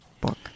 book